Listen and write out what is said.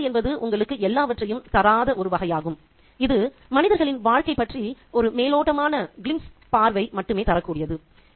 சிறுகதை என்பது உங்களுக்கு எல்லாவற்றையும் தராத ஒரு வகையாகும் இது மனிதர்களின் வாழ்க்கை பற்றி ஒரு மேலோட்டமான பார்வை மட்டுமே தரக்கூடியது